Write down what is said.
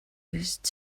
used